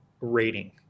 rating